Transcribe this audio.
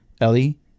Ellie